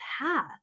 path